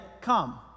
come